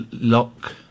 Lock